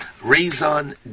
raison